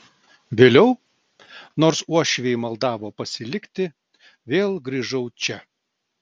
vėliau nors uošviai maldavo pasilikti vėl grįžau čia